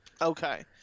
Okay